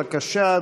בבקשה,